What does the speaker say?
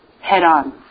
head-on